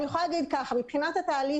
מבחינת התהליך,